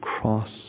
cross